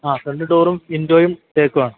അ രണ്ട് ഡോറും വിൻഡോയും തേക്ക് വേണം